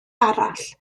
arall